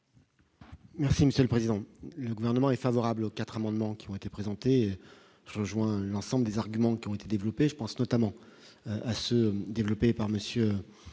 Merci monsieur le président, le gouvernement est favorable aux 4 amendements qui ont été présentés, rejoint l'ensemble des arguments qui ont été développés, je pense notamment à se développer par monsieur